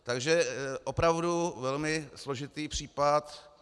Takže opravdu velmi složitý případ.